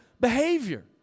behavior